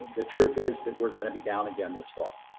the truth is that we're going to be down again this fall.